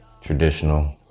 traditional